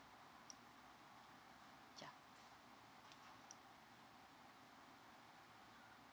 yeah